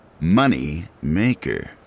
Moneymaker